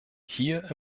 hier